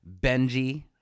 Benji